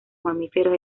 mamíferos